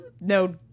no